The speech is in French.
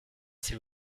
s’il